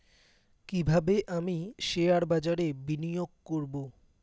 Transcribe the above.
কিভাবে আমি শেয়ারবাজারে বিনিয়োগ করবে?